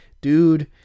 dude